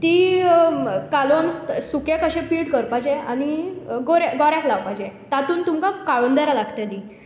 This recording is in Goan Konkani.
ती कालोवन सुकें कशें पीठ करपाचें आनी कोर गऱ्याक लावपाचें तातूंत तुमकां काळुंदरां लागतलीं